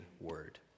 word